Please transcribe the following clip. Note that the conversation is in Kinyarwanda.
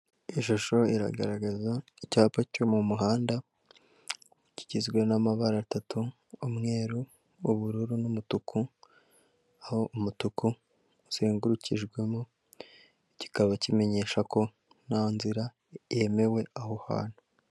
Ishusho iragaragaza icyapa cyo mu muhanda kigizwe n'amabara atatu umweru, ubururu n'umutuku, aho umutuku uzengurukijwemo kikaba kimenyesha ko nta nzira yemewe aho hantu.